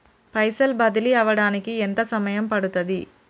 పైసలు బదిలీ అవడానికి ఎంత సమయం పడుతది?